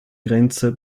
grenze